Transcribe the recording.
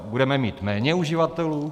Budeme mít méně uživatelů?